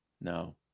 No